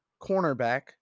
cornerback